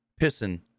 pissing